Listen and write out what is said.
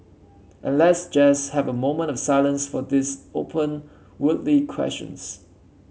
and let's just have a moment of silence for these open worldly questions